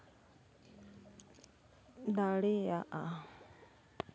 ᱫᱟᱲᱮᱭᱟᱜᱼᱟ